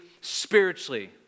spiritually